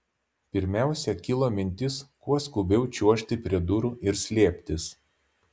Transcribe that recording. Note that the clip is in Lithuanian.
pirmiausia kilo mintis kuo skubiau čiuožti prie durų ir slėptis